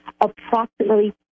approximately